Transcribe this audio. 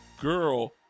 girl